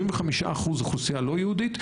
75% אוכלוסייה לא יהודית,